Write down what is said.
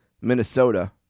Minnesota